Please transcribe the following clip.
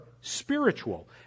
spiritual